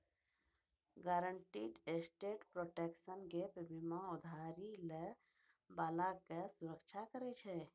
guaranteed asset protection gap बीमा उधारी लै बाला के सुरक्षा करै छै